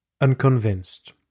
unconvinced